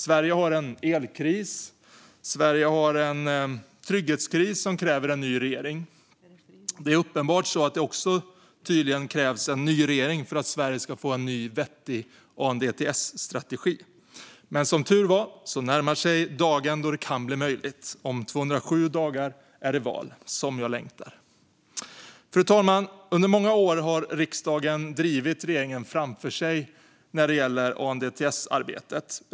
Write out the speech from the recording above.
Sverige har en elkris, och Sverige har en trygghetskris som kräver en ny regering. Det är uppenbart så att det också tydligen krävs en ny regering för att Sverige ska få en ny och vettig ANDTS-strategi. Men som tur är närmar sig dagen då det kan bli möjligt. Om 207 dagar är det val. Som jag längtar! Fru talman! Under många år har riksdagen drivit regeringen framför sig när det gäller ANDTS-arbetet.